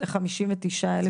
59,000